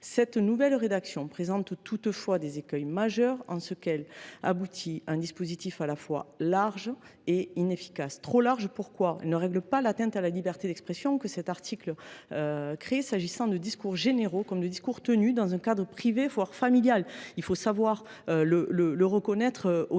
cette nouvelle rédaction présente des écueils majeurs en ce qu’elle aboutit à un dispositif à la fois trop large et inefficace. D’une part, elle ne règle pas l’atteinte à la liberté d’expression que cet article crée, s’agissant de discours généraux comme de discours tenus dans un cadre privé, voire familial. Il faut reconnaître